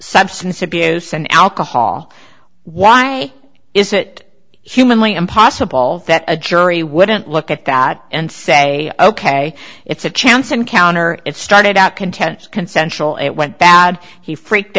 substance abuse and alcohol why is it humanly impossible that a jury wouldn't look at that and say ok it's a chance encounter it started out contents consensual it went bad he freaked